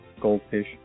goldfish